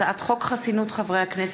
הצעת חוק חסינות חברי הכנסת,